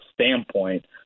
standpoint